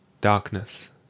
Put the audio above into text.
Darkness